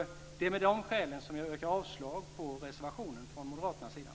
Det är med de skälen som jag yrkar avslag på moderaternas reservation.